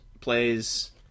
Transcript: plays